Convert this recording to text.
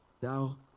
thou